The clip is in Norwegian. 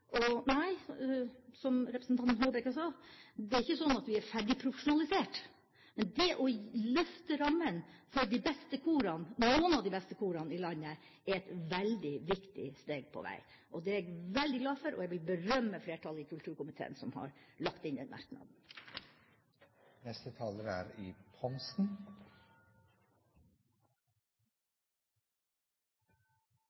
Og nei, som representanten Håbrekke sa, det er ikke sånn at vi er ferdig profesjonalisert, men det å løfte rammene for noen av de beste korene i landet er et veldig viktig steg på veien. Det er jeg veldig glad for, og jeg vil berømme flertallet i kulturkomiteen, som har lagt inn